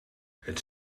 het